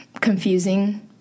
confusing